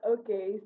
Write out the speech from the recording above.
okay